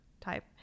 type